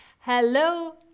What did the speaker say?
Hello